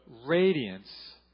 radiance